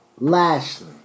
Lashley